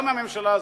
גם מהממשלה הזאת,